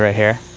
ah here?